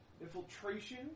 Infiltration